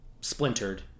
splintered